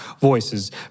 voices